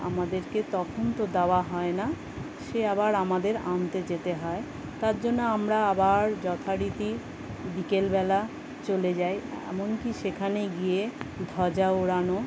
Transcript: আমাদেরকে তখন তো দেওয়া হয় না সে আবার আমাদের আনতে যেতে হয় তার জন্য আমরা আবার যথারীতি বিকেলবেলা চলে যাই এমনকি সেখানে গিয়ে ধ্বজা ওড়ানো